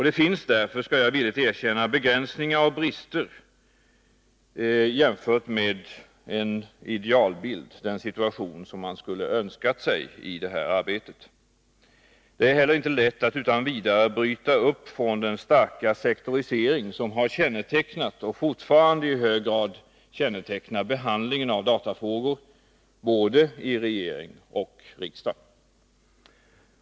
Det finns därför, det skall jag villigt erkänna, begränsningar och brister jämfört med en idealbild. Det är heller inte lätt att utan vidare bryta upp från den starka sektorisering som har kännetecknat och fortfarande i hög grad kännetecknar behandlingen av datafrågor, i både regering och riksdag.